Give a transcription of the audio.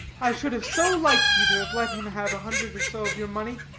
i should have so liked you to have let him have a hundred or so of your money.